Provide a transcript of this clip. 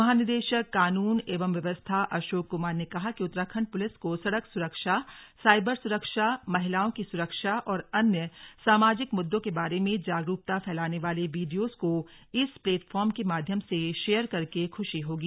महानिदेशक कानून एवं व्यवस्था अशोक कुमार ने कहा कि उत्तराखंड पुलिस को सड़क सुरक्षा साइबर सुरक्षा महिलाओं की सुरक्षा और अन्य सामाजिक मुद्दों के बारे में जागरूकता फैलाने वाले वीडियोज को इस प्लेटफॉर्म के माध्यम से शेयर करके खुशी होगी